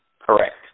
Correct